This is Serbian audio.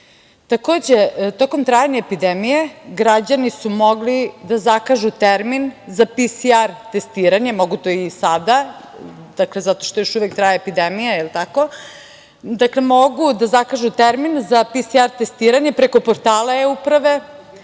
adresu. Takođe, tokom trajanja epidemije građani su mogli da zakažu termin za PCR testiranje, mogu to i sada zato što još uvek traje epidemija, je li tako, mogu da zakažu termin za PCR testiranje preko portala e-uprave,